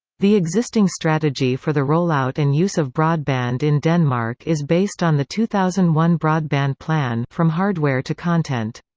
the existing strategy for the rollout and use of broadband in denmark is based on the two thousand and one broadband plan from hardware to content.